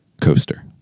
coaster